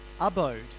abode